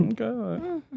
okay